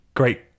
great